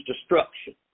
destruction